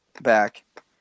back